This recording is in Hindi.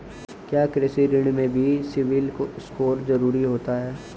क्या कृषि ऋण में भी सिबिल स्कोर जरूरी होता है?